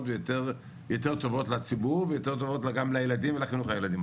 ויותר טובות לציבור ויותר טובות גם לילדים ולחינוך הילדים.